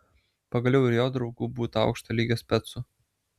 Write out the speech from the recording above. pagaliau ir jo draugų būta aukšto lygio specų